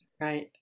Right